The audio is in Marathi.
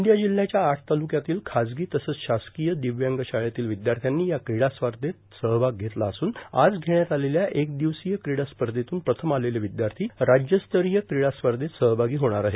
गोंदिया जिल्याच्या आठ तालुक्यातील खाजगी तसंच शासकीय र्दाव्यांग शाळेतील र्विद्याथ्यानी या क्रीडा स्पधत सहभाग घेतला असून आज घेण्यात आलेल्या एक दवसीय क्रीडा स्पधतुन प्रथम आलेले विद्यार्था राज्य स्तरीय क्रीडा स्पधत सहभागी होणार आहेत